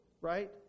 right